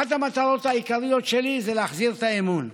אחת המטרות העיקריות שלי זה להחזיר את האמון.